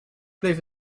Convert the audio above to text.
bleef